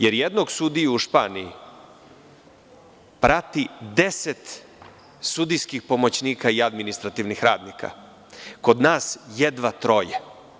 Jer, jednog sudiju u Španiji prati 10 sudijskih pomoćnika i administrativnih radnika, kod nas jedva troje.